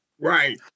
Right